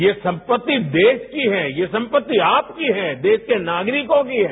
ये संपत्ति देश की है ये संपत्ति आपकी है देश के नागरिकों की है